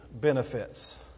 benefits